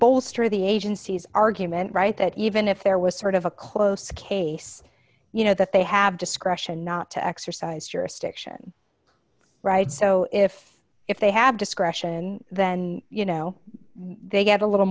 bolster the agency's argument right that even if there was sort of a close case you know that they have discretion not to exercise jurisdiction right so if if they have discretion then you know they get a little